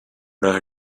her